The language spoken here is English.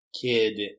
kid